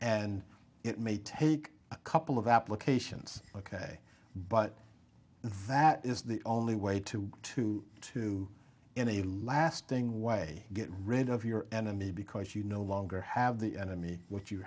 and it may take a couple of applications ok but that is the only way to to to in a lasting way get rid of your enemy because you no longer have the enemy what you